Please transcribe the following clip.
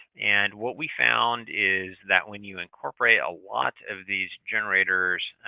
and what we found is that when you incorporate a lot of these generators,